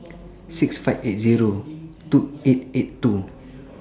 six five eight Zero two eight eight two